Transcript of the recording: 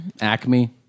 Acme